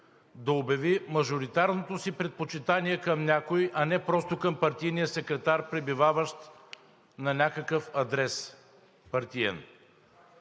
да обяви мажоритарното си предпочитание към някой, а не просто към партийния секретар, пребиваващ на някакъв партиен